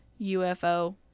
UFO